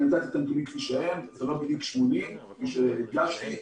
זה לא בדיוק 80 כפי שהדגשתי.